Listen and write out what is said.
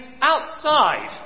outside